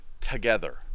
together